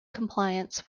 compliance